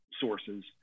sources